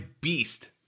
beast